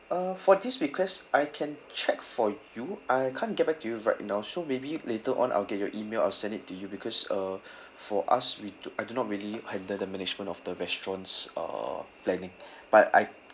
uh for this request I can check for you I can't get back to you right now so maybe later on I'll get your email I'll send it to you because uh for us we do I do not really handle the management of the restaurants err planning but I